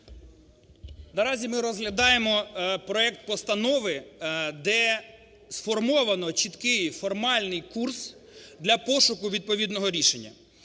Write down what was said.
Наразі ми розглядаємо проект постанови, де сформовано чіткий формальний курс для пошуку відповідного рішення.